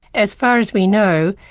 as far as we know,